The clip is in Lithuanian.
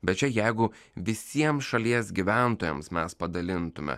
bet čia jeigu visiems šalies gyventojams mes padalintume